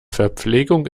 verpflegung